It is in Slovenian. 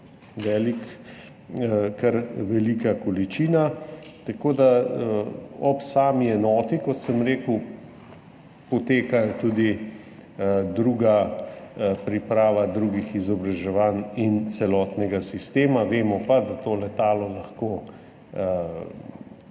je kar velika količina. Tako da ob sami enoti, kot sem rekel, poteka tudi priprava drugih izobraževanj in celotnega sistema, vemo pa, da to letalo lahko